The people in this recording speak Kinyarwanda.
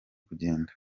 kugenda